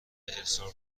ارسال